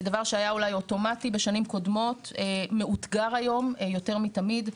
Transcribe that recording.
דבר שהיה אולי אוטומטי בשנים קודמות מאותגר היום יותר מתמיד.